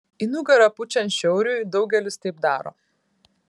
į nugarą pučiant šiauriui daugelis taip daro